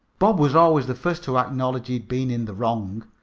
bob was always the first to acknowledge he had been in the wrong,